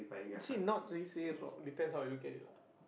actually not really say wrong depends how you look at it lah